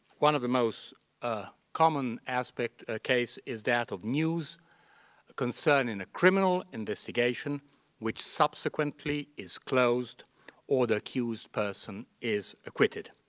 one of the most ah common aspect ah case is that of news concerning a criminal investigation which subsequently is closed or the accused person is acquitted.